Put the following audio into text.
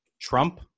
Trump